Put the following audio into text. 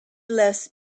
less